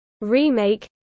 remake